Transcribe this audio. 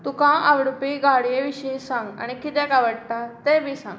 तुका आवडुपी गाडये विशीं सांग आनी कित्याक आवडटा तेंय बीन सांग